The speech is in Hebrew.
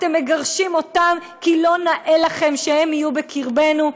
אתם מגרשים אותם כי לא נאה לכם שהם יהיו בקרבנו.